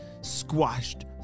squashed